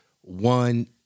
one